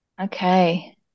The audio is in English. Okay